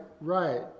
right